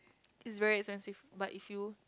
is very expensive but if you